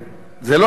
זה לא עניין טכני.